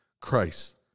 Christ